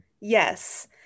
Yes